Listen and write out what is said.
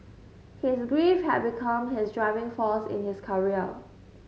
his grief had become his driving force in his career